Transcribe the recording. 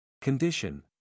Condition